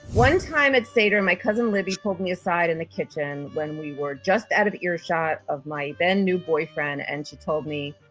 one time at seder, my cousin libby pulled me aside in the kitchen when we were just out of earshot of my then new boyfriend and she told me,